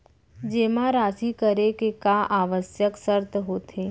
जेमा राशि करे के का आवश्यक शर्त होथे?